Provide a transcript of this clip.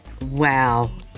Wow